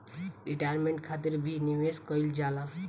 retirement खातिर भी निवेश कईल जाला